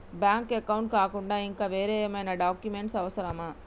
Bank account కాకుండా ఇంకా వేరే ఏమైనా డాక్యుమెంట్స్ అవసరమా?